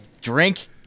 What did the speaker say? drink